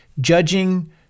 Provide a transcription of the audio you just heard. Judging